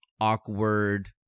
awkward